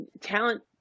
talent